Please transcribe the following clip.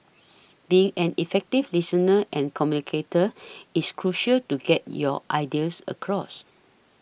being an effective listener and communicator is crucial to get your ideas across